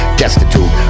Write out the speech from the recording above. destitute